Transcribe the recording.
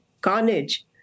carnage